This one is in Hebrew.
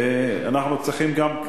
אנחנו צריכים גם,